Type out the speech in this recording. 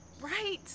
right